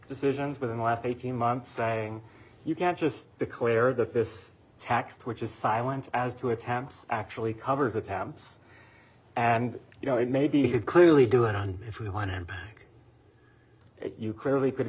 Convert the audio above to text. decisions within the last eighteen months saying you can't just declare that this tax which is silent as to attempts actually covers attempts and you know it may be you clearly do it on if you want to you clearly could